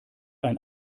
ein